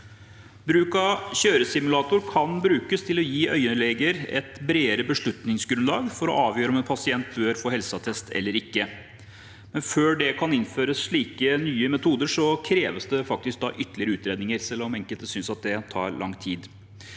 Kjøresimulator kan brukes til å gi øyeleger et bredere beslutningsgrunnlag for å avgjøre om en pasient bør få helseattest eller ikke. Men før det kan innføres slike nye metoder, kreves det ytterligere utredninger, selv om enkelte synes at det tar lang tid.